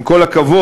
עם כל הכבוד,